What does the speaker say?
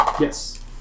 Yes